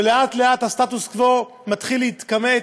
ולאט-לאט הסטטוס-קוו מתחיל להתקווץ,